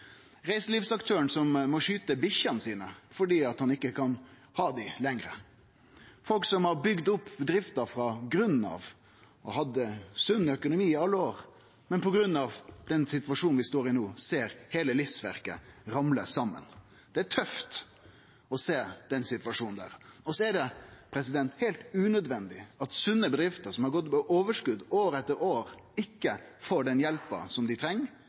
reiselivsaktøren som må skyte bikkjene sine fordi han ikkje kan ha dei lenger, folk som har bygd opp bedrifter frå grunnen av og hatt sunn økonomi i alle år, men som på grunn av den situasjonen vi står i no, ser heile livsverket sitt ramle saman. Det er tøft å sjå den situasjonen. Og det er heilt unødvendig at sunne bedrifter som har gått med overskot år etter år, ikkje får den hjelpa dei treng,